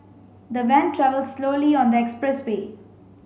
the van travelled slowly on the expressway